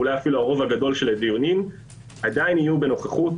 אולי אפילו הרוב הגדול של הדיונים - עדיין יהיו בנוכחות.